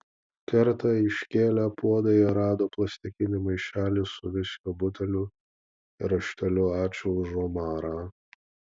kartą iškėlę puodą jie rado plastikinį maišelį su viskio buteliu ir rašteliu ačiū už omarą